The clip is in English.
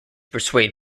persuade